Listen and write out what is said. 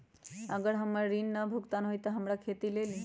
अगर हमर ऋण न भुगतान हुई त हमर घर खेती लेली?